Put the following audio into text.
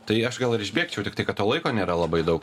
tai aš gal ir išbėgčiau tik tai kad to laiko nėra labai daug